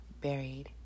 buried